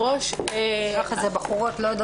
עלינו?